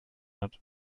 hat